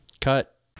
Cut